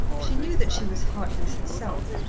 she knew that she was heartless herself,